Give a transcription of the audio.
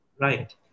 Right